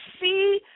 see